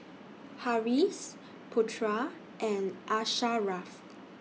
Harris Putra and Asharaff